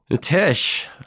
Tish